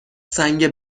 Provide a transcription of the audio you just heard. سنگ